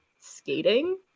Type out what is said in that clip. skating